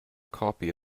copy